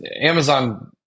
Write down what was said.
Amazon